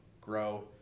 grow